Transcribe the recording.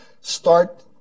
start